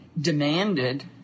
demanded